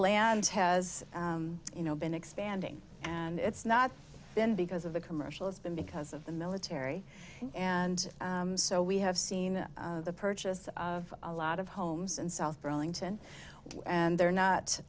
land has you know been expanding and it's not because of the commercials but because of the military and so we have seen the purchase of a lot of homes and south burlington and they're not